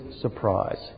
surprise